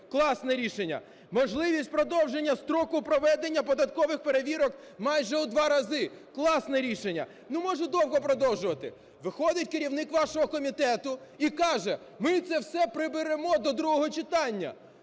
класне рішення. Можливість продовження строку проведення податкових перевірок майже у 2 рази – класне рішення. Ну, можу довго продовжувати. Виходить керівник вашого комітету і каже, ми це все приберемо до другого читання.